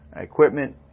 equipment